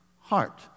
heart